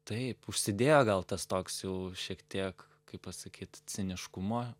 taip užsidėjo gal tas toks jau šiek tiek kaip pasakyt ciniškumo